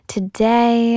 Today